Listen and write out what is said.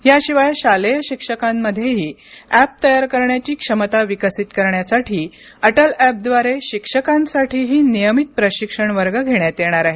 याशिवाय शालेय शिक्षकांमध्येही ऍप तयार करण्याची क्षमता विकसित करण्यासाठी अटल ऍपद्वारे शिक्षकांसाठीही नियमित प्रशिक्षण वर्ग घेण्यात येणार आहेत